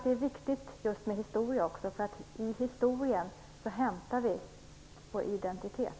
Det är viktigt just med historia, därför att det är i historien som vi hämtar vår identitet.